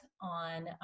on